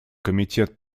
комитет